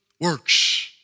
works